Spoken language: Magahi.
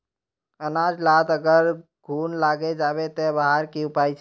अनाज लात अगर घुन लागे जाबे ते वहार की उपाय छे?